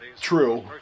True